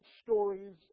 stories